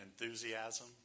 enthusiasm